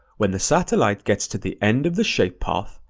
when the satellite gets to the end of the shape path,